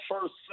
first